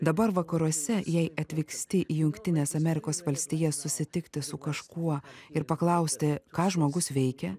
dabar vakaruose jei atvyksti į jungtines amerikos valstijas susitikti su kažkuo ir paklausti ką žmogus veikia